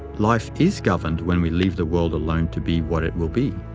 life is governed when we leave the world alone to be what it will be.